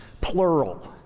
plural